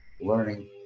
learning